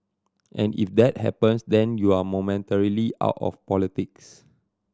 and if that happens then you're momentarily out of politics